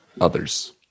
others